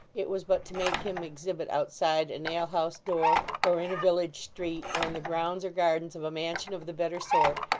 it was but to make him exhibit outside an alehouse door, or in a village street, or in the grounds or gardens of a mansion of the better sort,